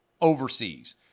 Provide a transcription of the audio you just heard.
overseas